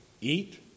eat